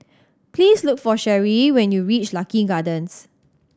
please look for Cherri when you reach Lucky Gardens